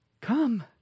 Come